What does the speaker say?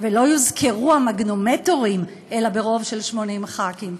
ולא יוזכרו המגנומטרים אלא ברוב של 80 ח"כים.